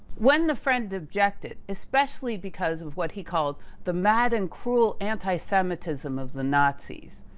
when the friend objected, especially because of what he called the mad and cruel antisemitism of the nazis,